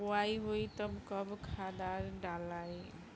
बोआई होई तब कब खादार डालाई?